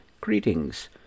Greetings